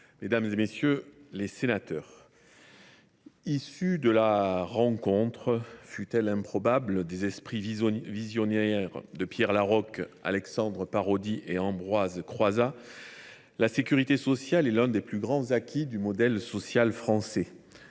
mesdames, messieurs les sénateurs, issue de la rencontre, fût elle improbable, des esprits visionnaires de Pierre Laroque, Alexandre Parodi et Ambroise Croizat, la sécurité sociale est l’un des plus grands acquis du modèle social français.